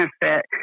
benefit